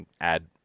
Add